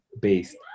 based